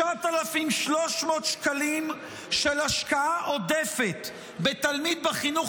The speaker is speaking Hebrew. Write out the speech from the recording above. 9,300 שקלים של השקעה עודפת בתלמיד בחינוך